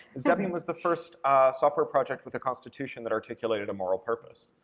is debian was the first software project with a constitution that articulated a moral purpose.